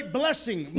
blessing